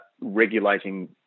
regulating